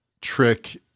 Trick